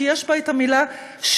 כי יש בה את המילה "שוויון",